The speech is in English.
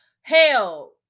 hell